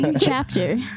chapter